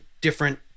different